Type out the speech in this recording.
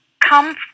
come